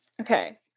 okay